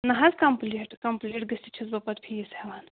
نہَ حظ complete complete گٔژھِتھ چھَس بہٕ پَتہٕ فیٖس ہٮ۪وان